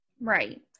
Right